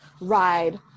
ride